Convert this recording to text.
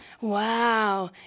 Wow